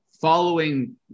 following